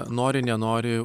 nori nenori